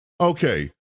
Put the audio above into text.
okay